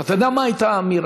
ואתה יודע מה הייתה האמירה?